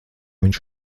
viņš